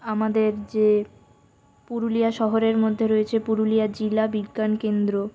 আমাদের যে পুরুলিয়া শহরের মধ্যে রয়েছে পুরুলিয়া জেলা বিজ্ঞান কেন্দ্র